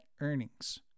earnings